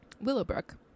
Willowbrook